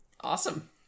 Awesome